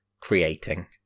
creating